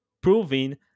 proving